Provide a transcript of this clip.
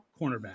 cornerback